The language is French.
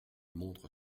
montre